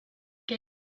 que